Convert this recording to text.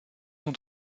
ont